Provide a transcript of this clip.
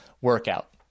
workout